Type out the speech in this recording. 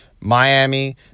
Miami